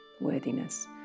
worthiness